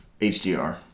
HDR